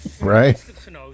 Right